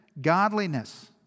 godliness